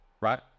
Right